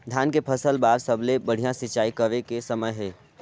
धान के फसल बार सबले बढ़िया सिंचाई करे के समय हे?